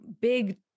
big